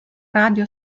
radio